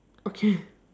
okay